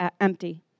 empty